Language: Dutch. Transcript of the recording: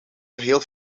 geheel